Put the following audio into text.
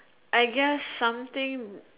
I guess something